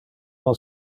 non